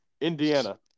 Indiana